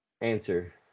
Answer